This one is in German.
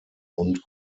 und